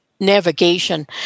Navigation